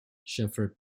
shepherd